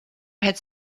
had